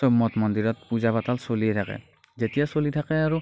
চব মঠ মন্দিৰত পূজা পাতল চলিয়ে থাকে যেতিয়া চলি থাকে আৰু